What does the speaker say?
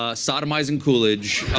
ah sodomizing coolidge.